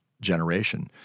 generation